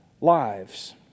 lives